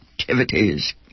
Activities